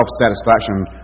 self-satisfaction